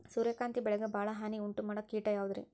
ಸೂರ್ಯಕಾಂತಿ ಬೆಳೆಗೆ ಭಾಳ ಹಾನಿ ಉಂಟು ಮಾಡೋ ಕೇಟ ಯಾವುದ್ರೇ?